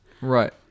Right